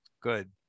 good